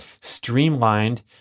streamlined